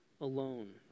alone